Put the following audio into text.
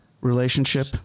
relationship